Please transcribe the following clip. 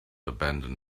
abandon